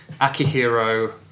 Akihiro